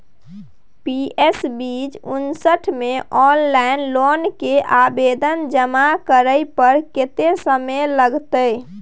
PS बीच उनसठ म ऑनलाइन लोन के आवेदन जमा करै पर कत्ते समय लगतै?